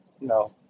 no